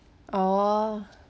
oh